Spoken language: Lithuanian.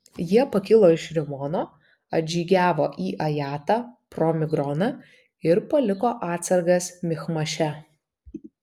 jie pakilo iš rimono atžygiavo į ajatą pro migroną ir paliko atsargas michmaše